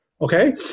Okay